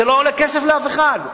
זה לא עולה כסף לאף אחד.